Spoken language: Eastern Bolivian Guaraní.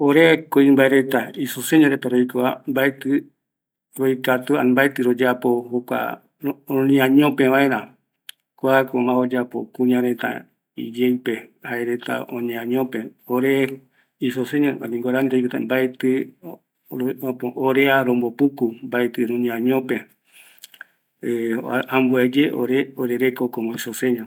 Ore kuimbae reta roiko va, isoseñoreta roikova, mbaetɨ royapo jokua roñeañope vaera, kuako mas oyapo kuñareta iyeɨpe, jaereta oñeañope, ore isoseño reta mbaetɨ orea rombopuku, mbaetɨ roñeañope, ambuaeye ore orereko como isoseño